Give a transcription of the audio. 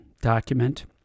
document